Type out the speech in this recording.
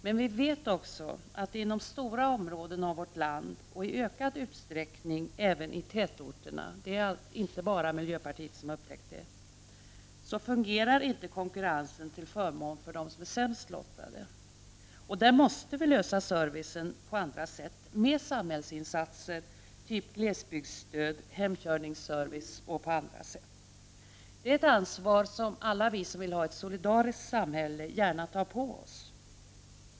Men vi vet också att inom stora områden av vårt land, och i ökad utsträckning även i tätorterna — det är inte bara miljöpartiet som har upptäckt det — fungerar inte konkurrensen till förmån för de sämst lottade. Där måste servicen ordnas på andra sätt med samhällsinsatser som glesbygdsstöd, hemkörningsservice och annat. Det är ett ansvar som alla vi som vill ha ett solidariskt samhälle gärna tar på oss.